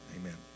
Amen